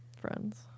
Friends